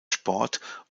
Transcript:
sport